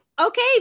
okay